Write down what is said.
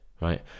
right